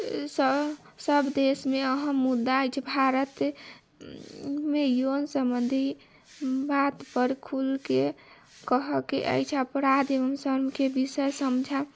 सऽ सब देशमे अहम मुद्दा अछि भारतमे यौन सम्बन्धी बात पर खुलके कहऽ के अछि अपराध सनके विषय समझल